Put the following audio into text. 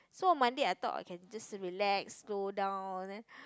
so on Monday I thought I can just relax slow down then